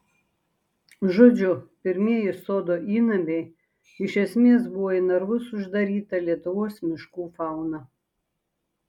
žodžiu pirmieji sodo įnamiai iš esmės buvo į narvus uždaryta lietuvos miškų fauna